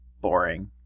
boring